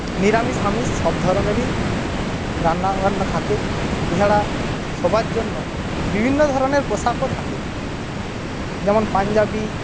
নিরামিষ আমিষ সব ধরনেরই রান্নাবান্না থাকে এছাড়া সবার জন্য বিভিন্ন ধরনের পোশাকও থাকে যেমন পাঞ্জাবী